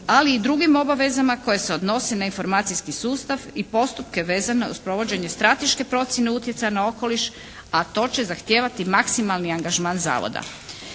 ali i drugim obavezama koje se odnose na informacijski sustav i postupke vezane uz provođenje strateške procjene utjecaja na okoliš a to će zahtijevati maksimalni angažman zavoda.